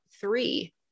three